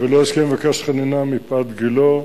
לא הסכים לבקש חנינה מפאת גילו.